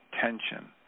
tension